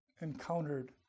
encountered